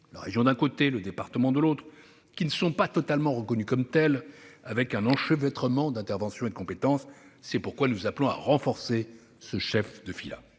la région d'un côté, le département de l'autre, qui ne sont pas totalement reconnus comme tels, avec un enchevêtrement d'interventions et de compétences. C'est pourquoi nous appelons à renforcer cette dimension.